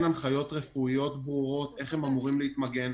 הנחיות רפואיות ברורות בנוגע לאיך הם אמורים להתמגן.